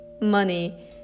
money